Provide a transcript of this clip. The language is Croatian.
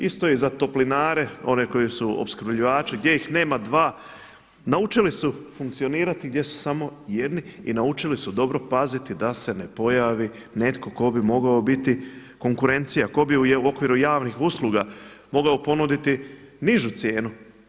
Isto je i za toplinare oni koji su opskrbljivači gdje ih nema dva, nauči su funkcionirati gdje su samo jedni i naučili su dobro paziti da se ne pojavi netko tko bi mogao biti konkurencija, ko bi u okviru javnih usluga mogao ponuditi nižu cijenu.